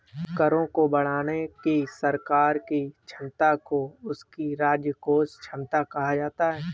करों को बढ़ाने की सरकार की क्षमता को उसकी राजकोषीय क्षमता कहा जाता है